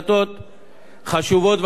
חשובות ואמיצות בממשלה.